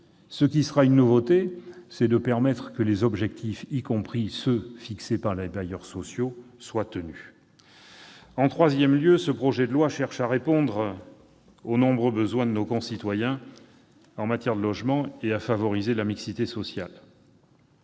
en soi. La nouveauté, c'est de permettre que les objectifs, y compris ceux fixés par les bailleurs sociaux, soient tenus. En troisième lieu, le projet loi cherche à répondre aux nombreux besoins de nos concitoyens en matière de logements et à favoriser la mixité sociale.